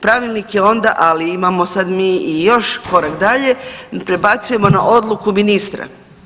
Pravilnik je onda, ali imamo sad mi i još korak dalje, prebacujemo na odluku ministra.